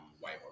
white